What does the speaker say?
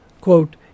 quote